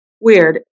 Weird